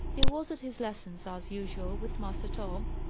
he was at his lessons, as usual, with master tom,